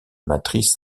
matrices